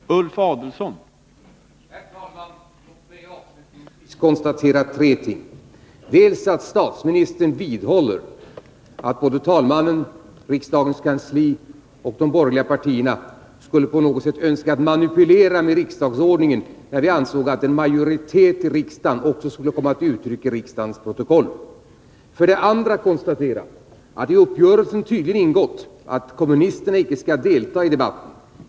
Herr talman! Låt mig avslutningsvis konstatera tre ting. För det första: Statsministern vidhåller att såväl talmannen som riksdagens kammarkansli och de borgerliga partierna skulle på något sätt önska manipulera med riksdagsordningen när vi ansåg att en majoritet i riksdagen också skulle komma till uttryck i riksdagens protokoll. För det andra: I uppgörelsen har tydligen ingått att kommunisterna icke skall delta i debatten.